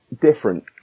different